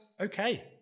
okay